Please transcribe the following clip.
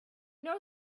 know